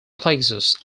plexus